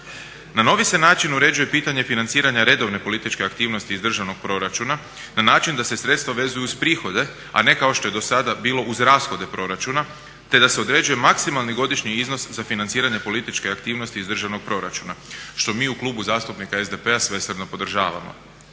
Na novi se način uređuje pitanje financiranja redovne političke aktivnosti iz državnog proračuna na način da se sredstva vezuju uz prihode, a ne kao što je do sada bilo uz rashode proračuna te da se određuje maksimalni godišnji iznos za financiranje političke aktivnosti iz državnog proračuna što mi u Klubu zastupnika SDP-a svesrdno podržavamo.